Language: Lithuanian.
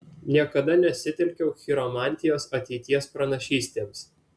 niekada nesitelkiau chiromantijos ateities pranašystėms